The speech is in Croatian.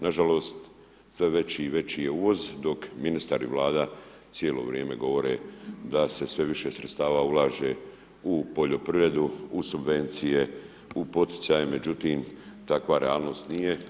Nažalost, sve veći i veći je uvoz, dok ministar i Vlada cijelo vrijeme govore da se sve više sredstava ulaže u poljoprivredu, u subvencije, u poticaje, međutim, takva realnost nije.